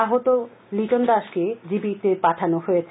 আহত লিটন দাসকে জিবিতে পাঠানো হয়েছে